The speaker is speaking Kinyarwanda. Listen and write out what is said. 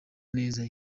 neza